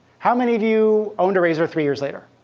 how many of you owned a razr three years later?